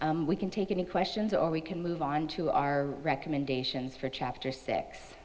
we can take any questions or we can move on to our recommendations for chapter s